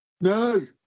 No